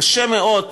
וקשה מאוד,